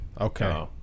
Okay